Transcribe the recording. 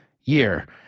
year